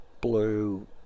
blue